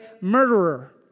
murderer